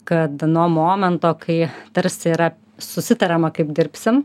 kad nuo momento kai tarsi yra susitariama kaip dirbsim